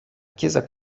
chiesa